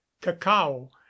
cacao